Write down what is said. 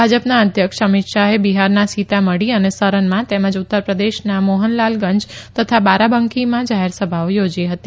ભાજપના અધ્યક્ષ અમિત શાહે બિહારના સીતામઢી અને સરનમાં તેમજ ઉત્તરપ્રદેશના મોહનલાલગંજ તથા બારાબાંકીમાં જાહેરસભાઓ યોજી હતી